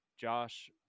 Josh